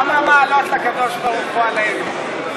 כמה מעלות לקדוש-ברוך-הוא עלינו?